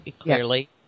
clearly